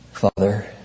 Father